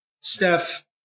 Steph